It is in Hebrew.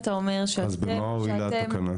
אז במה הועילה התקנה?